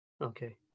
Okay